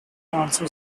also